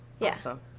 Awesome